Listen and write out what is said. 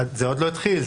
זה עוד לא התחיל.